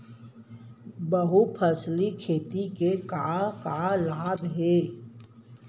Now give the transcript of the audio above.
बहुफसली खेती के का का लाभ हे?